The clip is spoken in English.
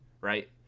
right